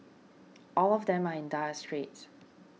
all of them are in dire straits